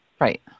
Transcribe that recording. Right